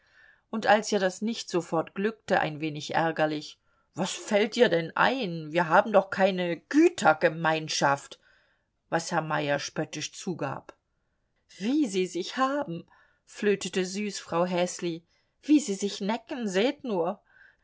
und als ihr das nicht sofort glückte ein wenig ärgerlich was fällt dir denn ein wir haben doch keine gütergemeinschaft was herr meyer spöttisch zugab wie sie sich haben flötete süß frau häsli wie sie sich necken seht nur